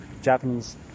Japanese